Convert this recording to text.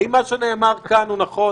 האם מה שנאמר כאן הוא נכון?